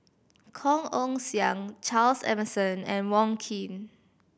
Kong Ong Siang Charles Emmerson and Wong Keen